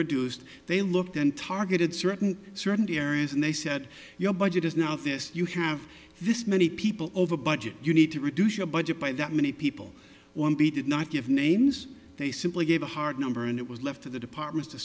reduced they looked and targeted certain certain areas and they said your budget is now this you have this many people over budget you need to reduce your budget by that many people won't be did not give names they simply gave a hard number and it was left to the departments to